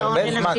זה הרבה זמן.